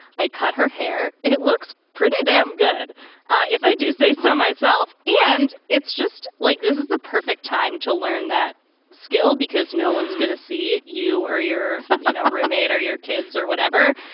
i cut her hair. it looks pretty damn good if i do say so myself and it's just like this is the perfect time to learn that skill because no one's going to see you or your you know roommate or your kids or whatever.